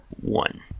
one